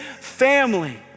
family